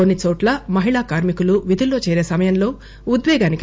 కొన్ని చోట్ల మహిళా కార్మికులు విధుల్లో చేరే సమయంలో ఉద్వేగానికి లోనయ్యారు